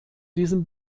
diesem